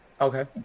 Okay